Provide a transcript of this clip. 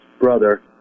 brother